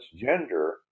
gender